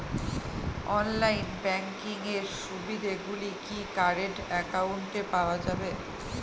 Online banking এর সুবিধে গুলি কি কারেন্ট অ্যাকাউন্টে পাওয়া যাবে?